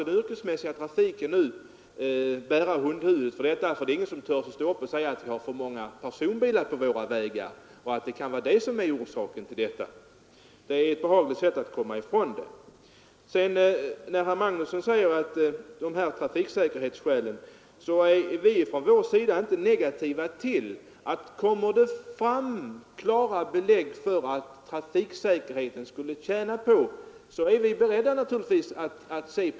Den yrkesmässiga trafiken får nu bära hundhuvudet för detta, eftersom ingen vågar hävda att det är för många personbilar på våra vägar och att detta kunde vara orsaken till olyckorna. Att skylla på lastbilarna är ett behagligt sätt att komma ifrån detta problem. Med anledning av herr Magnussons i Kristinehamn framhållande av trafiksäkerhetsargumentet vill jag säga att vi på vårt håll inte är negativt inställda till att, om det kommer fram klara belägg för att trafiksäkerheten skulle tjäna på det, överväga åtgärder i den riktning han anger.